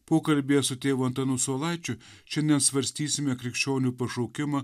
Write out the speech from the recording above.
pokalbyje su tėvu antanu saulaičiu šiandien svarstysime krikščionių pašaukimą